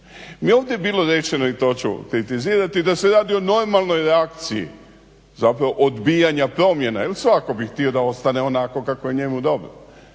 Ovdje je bilo rečeno, i to ću kritizirati, da se radi o normalnoj reakciji zapravo odbijanja promjena jer svatko bi htio da ostane onako kako je njemu dobro.